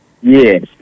Yes